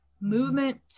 movement